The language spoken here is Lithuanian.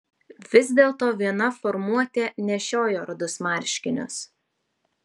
vis dėlto viena formuotė nešiojo rudus marškinius